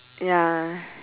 ya